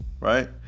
right